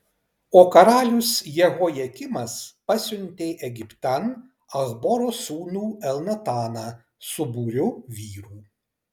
o karalius jehojakimas pasiuntė egiptan achboro sūnų elnataną su būriu vyrų